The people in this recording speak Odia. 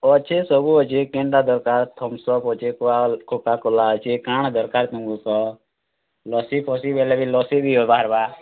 ଅଛେ ସବୁଅଛେ କେନ୍ଟା ଦରକାର୍ ଥମସପ୍ ଅଛି କୋକାକୋଲା ଅଛେ କା'ଣା ଦରକାର୍ ତମ୍କୁ କହ ଲସିଫସି ବେଲେ ବି ଲସି ବି ହେବା ବାହାର୍ବା